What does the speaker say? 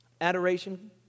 adoration